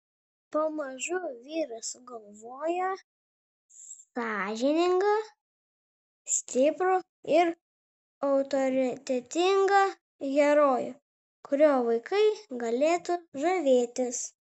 pamažu vyras sugalvojo sąžiningą stiprų ir autoritetingą herojų kuriuo vaikai galėtų žavėtis